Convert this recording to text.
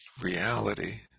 reality